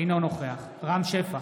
אינו נוכח רם שפע,